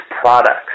products